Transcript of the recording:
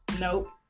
Nope